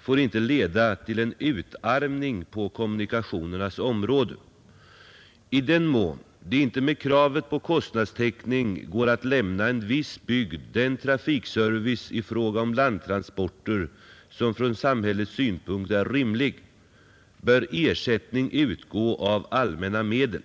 får inte leda till en utarmning på kommunikationernas område.” I propositionen skrev herr Skoglund vidare: ”I den mån det inte med kravet på kostnadstäckning går att lämna en viss bygd den trafikservice i fråga om landtransporter som från samhällets synpunkt är rimlig, bör ersättning utgå av allmänna medel.